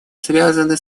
связаны